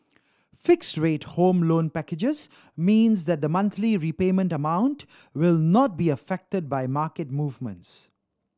fixed rate Home Loan packages means that the monthly repayment amount will not be affected by market movements